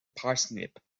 parsnip